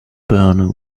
burn